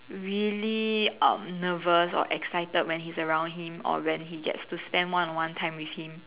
really um nervous or excited when he's around him or when he gets to spend one on one time with him